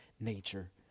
nature